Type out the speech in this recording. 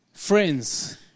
Friends